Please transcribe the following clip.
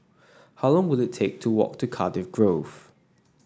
how long will it take to walk to Cardiff Grove